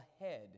ahead